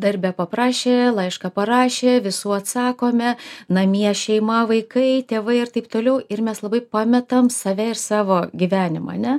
drarbe paprašė laišką parašė visų atsakome namie šeima vaikai tėvai ar taip toliau ir mes labai pametam save ir savo gyvenimą ane